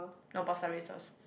no pasta red sauce